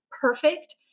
perfect